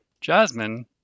Jasmine